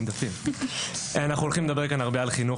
אנחנו הולכים לדבר כאן הרבה על חינוך